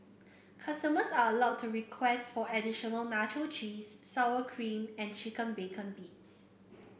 customers are allowed to request for additional nacho cheese sour cream and chicken bacon bits